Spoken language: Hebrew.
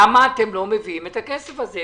למה אתם לא מביאים את הכסף הזה?